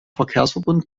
verkehrsverbund